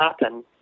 happen